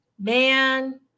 man